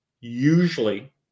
Usually